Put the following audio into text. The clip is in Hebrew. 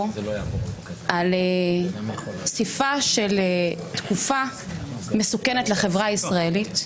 על סיפה של תקופה מסוכנת לחברה הישראלית.